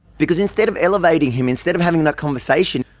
because instead of elevating him, instead of having that conversation,